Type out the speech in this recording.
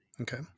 Okay